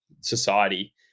society